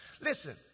Listen